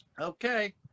Okay